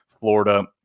florida